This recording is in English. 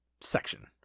section